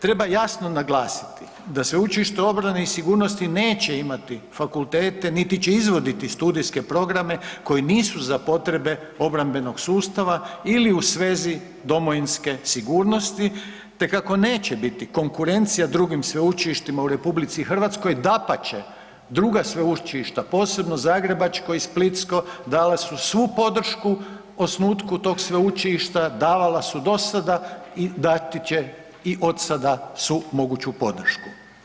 Treba jasno naglasiti da Sveučilište obrane i sigurnosti neće imati fakultete niti će izvoditi studijske programe koji nisu za potrebe obrambenog sustava ili u svezi domovinske sigurnosti te kako neće biti konkurencija drugim sveučilištima u RH, dapače druga sveučilišta posebno zagrebačko i splitsko dala su svu podršku osnutku tog sveučilišta, davala su do sada i dati će i od sada svu moguću podršku.